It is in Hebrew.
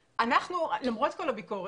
למרות כל הביקורת,